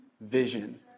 vision